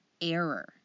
error